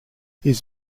his